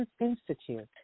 Institute